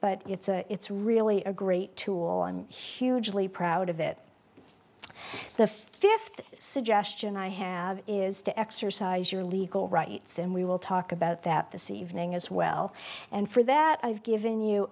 but it's a it's really a great tool on hugely proud of it the fifth suggestion i have is to exercise your legal rights and we will talk about that this evening as well and for that i've given you